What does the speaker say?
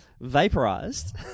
vaporized